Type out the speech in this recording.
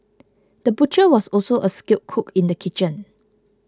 the butcher was also a skilled cook in the kitchen